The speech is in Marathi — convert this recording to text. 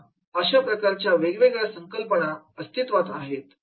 अशा प्रकारच्या वेगवेगळ्या संकल्पना अस्तित्वात आहेत